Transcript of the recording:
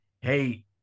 Hey